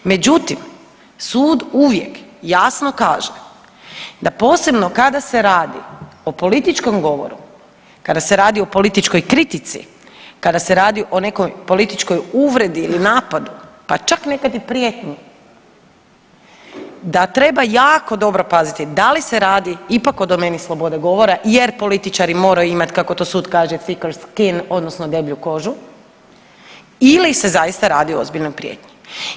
Međutim, sud uvijek jasno kaže da posebno kada se radi o političkom govoru, kada se radi o političkoj kritici, kada se radi o nekoj političkoj uvredi ili napadu, pa čak nekada i prijetnji da treba jako dobro paziti da li se radi ipak o domeni slobode govora, jer političari moraju imati kako to sud kaže secret skin, odnosno deblju kožu ili se zaista radi o ozbiljnoj prijetnji.